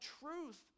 truth